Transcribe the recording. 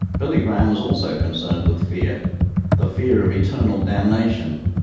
billy graham was also concerned with fear the fear of eternal damnation.